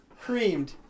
creamed